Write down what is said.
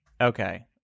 Okay